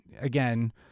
again